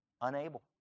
Unable